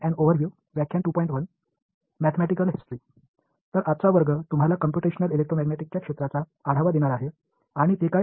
எனவே இன்றைய வகுப்பு கம்புடஷனல் எலெக்ட்ரோமேக்னெட்டிக்ஸ் பற்றிய ஒரு கண்ணோட்டத்தை உங்களுக்கு வழங்கப் போகிறது